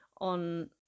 On